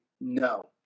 no